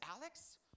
Alex